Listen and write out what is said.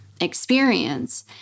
experience